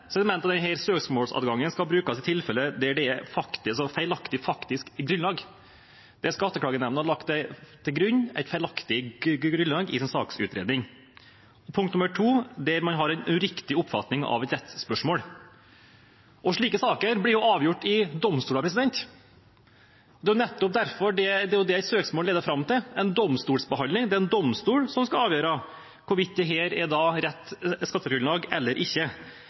søksmålsadgangen skal brukes i tilfeller der det er et feilaktig faktisk grunnlag, altså at Skatteklagenemnda har lagt til grunn et feilaktig grunnlag i sin saksutredning en uriktig oppfatning av et rettsspørsmål Slike saker blir avgjort i domstolene. Det er det et søksmål leder fram til – en domstolsbehandling. Det er en domstol som skal avgjøre hvorvidt det er et rett skattegrunnlag eller ikke.